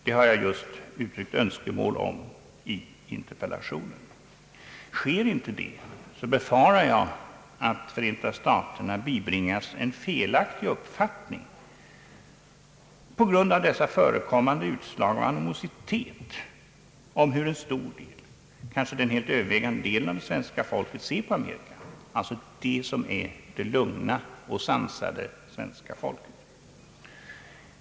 Det har jag just uttryckt önskemål om i interpellationen. Sker inte detta, befarar jag att Förenta staterna på grund av dessa förekommande utslag av animositet bibringas en felaktig uppfattning om hur en stor del — kanske den helt övervägande delen — av svenska folket ser på Amerika, dvs. den del som är det lugna och sansade svenska folket.